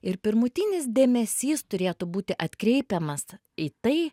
ir pirmutinis dėmesys turėtų būti atkreipiamas į tai